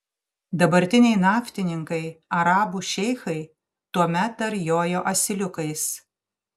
dabartiniai naftininkai arabų šeichai tuomet dar jojo asiliukais